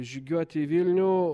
žygiuoti į vilnių